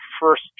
first